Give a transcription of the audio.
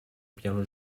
piano